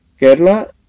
Kerala